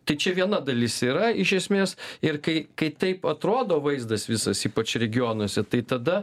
tai čia viena dalis yra iš esmės ir kai kai taip atrodo vaizdas visas ypač regionuose tai tada